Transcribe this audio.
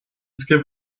give